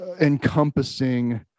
encompassing